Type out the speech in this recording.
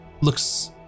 looks